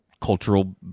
cultural